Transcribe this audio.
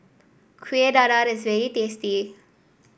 Kueh Dadar is very tasty